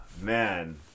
Man